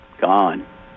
gone